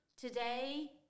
today